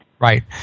Right